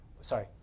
sorry